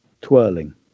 twirling